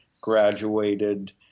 graduated